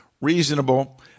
reasonable